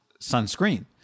sunscreen